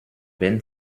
wenn